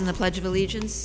in the pledge of allegiance